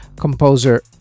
Composer